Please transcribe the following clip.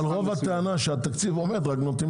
רוב הטענה היא שהתקציב עולה ושנותנים